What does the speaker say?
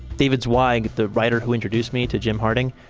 david zweig, the writer who introduced me to jim harding,